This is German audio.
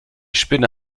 spinne